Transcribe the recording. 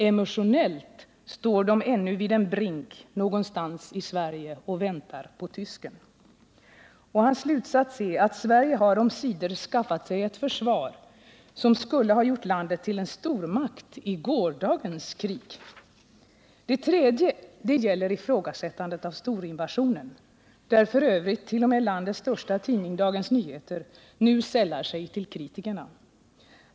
Emotionellt står de ännu vid en brink någonstans i Sverige och väntar på tysken. Nordal Åkermans slutsats är: ”Sverige har omsider skaffat sig ett försvar som skulle gjort landet till en stormakt i gårdagens krig.” Den tredje gäller ifrågasättandet av storinvasionen, där f. ö. t.o.m. landets största tidning, Dagens Nyheter, nu sällar sig till kritikerna.